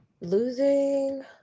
losing